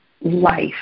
life